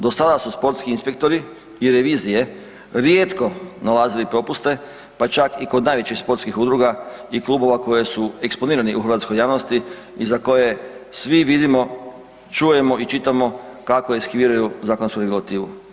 Do sada su sportski inspektori i revizije rijetko nalazili propuste, pa čak i kod najvećih sportskih udruga i klubova koji su eksponirani u hrvatskoj javnosti i za koje svi vidimo, čujemo i čitamo kako riskiraju zakonsku regulativu.